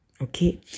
Okay